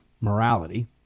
morality